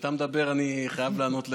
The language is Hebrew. כשאתה מדבר אני חייב לענות לך.